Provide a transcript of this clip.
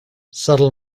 subtle